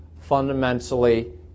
fundamentally